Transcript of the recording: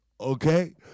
Okay